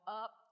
up